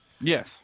Yes